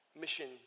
mission